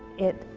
it,